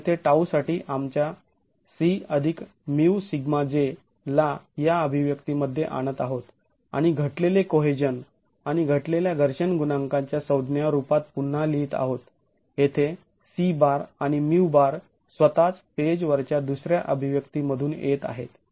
आम्ही येथे τ साठी आमच्या c μσj ला या अभिव्यक्तीमध्ये आणत आहोत आणि घटलेले कोहेजन आणि घटलेल्या घर्षण गुणांकाच्या संज्ञा रुपात पुन्हा लिहित आहोत जेथे आणि स्वतःच पेजवरच्या दुसऱ्या अभिव्यक्ती मधून येत आहेत